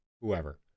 whoever